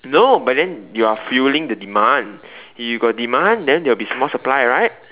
no but then you are fuelling the demand you got demand then they will be more supply right